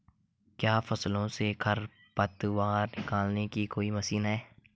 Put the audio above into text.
क्या फसलों से खरपतवार निकालने की कोई मशीन है?